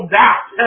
doubt